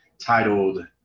titled